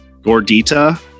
Gordita